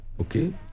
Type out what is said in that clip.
okay